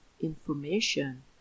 information